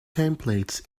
templates